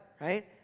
right